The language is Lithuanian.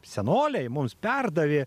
senoliai mums perdavė